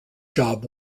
job